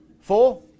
Four